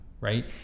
right